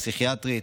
פסיכיאטרית,